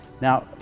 Now